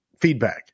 feedback